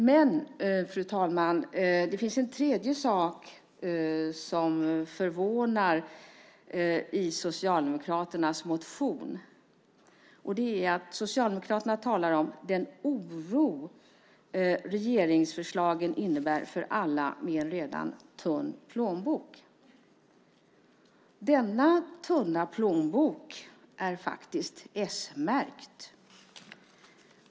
Men, fru talman, det finns en tredje sak som förvånar i Socialdemokraternas motion, och det är att Socialdemokraterna talar om den oro regeringsförslagen innebär för alla med en redan tunn plånbok. Denna tunna plånbok är faktiskt s-märkt.